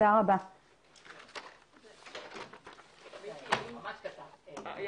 הישיבה ננעלה בשעה 15:15.